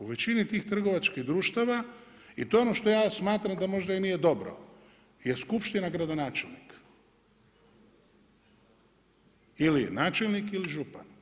U većini tih trgovačkih društava i to je ono što ja smatram da možda i nije dobro je skupština, gradonačelnik ili načelnik ili župan.